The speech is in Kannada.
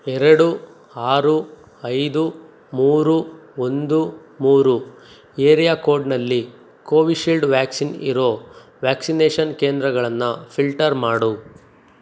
ಎರಡು ಆರು ಐದು ಮೂರು ಒಂದು ಮೂರು ಏರಿಯಾ ಕೋಡ್ನಲ್ಲಿ ಕೋವಿಶೀಲ್ಡ್ ವ್ಯಾಕ್ಸಿನ್ ಇರೋ ವ್ಯಾಕ್ಸಿನೇಷನ್ ಕೇಂದ್ರಗಳನ್ನ ಫಿಲ್ಟರ್ ಮಾಡು